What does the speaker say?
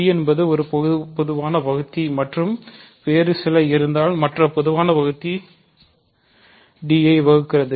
d என்பது பொதுவான வகுத்தி மற்றும் வேறு சில இருந்தால் மற்ற பொதுவான வகுத்தி d ஐ வகுக்கிறது